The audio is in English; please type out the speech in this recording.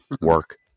work